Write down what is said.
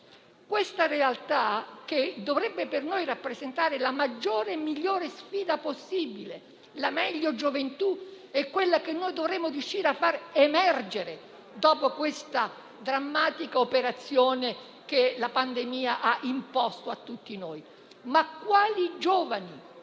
Questa realtà dovrebbe per noi rappresentare la maggiore e la migliore sfida possibile; la meglio gioventù è quella che dovremmo riuscire a far emergere dopo questa drammatica operazione che la pandemia ha imposto a tutti noi. Ma quali giovani